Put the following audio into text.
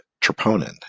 troponin